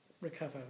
recover